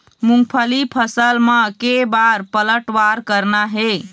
मूंगफली फसल म के बार पलटवार करना हे?